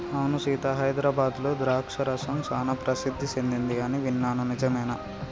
అవును సీత హైదరాబాద్లో ద్రాక్ష రసం సానా ప్రసిద్ధి సెదింది అని విన్నాను నిజమేనా